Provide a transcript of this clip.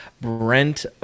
Brent